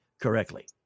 correctly